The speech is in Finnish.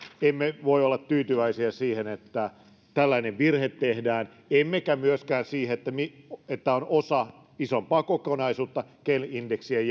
emme voi olla tyytyväisiä siihen että tällainen virhe tehdään emmekä myöskään siihen että tämä on osa isompaa kokonaisuutta kel indeksien